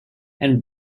and